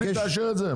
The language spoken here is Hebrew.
סבתא שלי תאשר את זה?